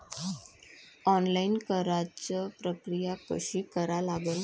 Online कराच प्रक्रिया कशी करा लागन?